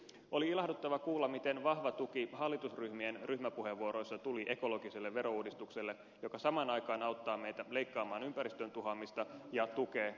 oli ilahduttava kuulla miten vahva tuki hallitusryhmien ryhmäpuheenvuoroissa tuli ekologiselle verouudistukselle joka samaan aikaan auttaa meitä leikkaamaan ympäristön tuhoamista ja tukee työllistämistä